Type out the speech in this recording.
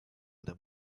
them